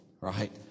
right